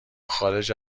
خارج